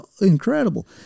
incredible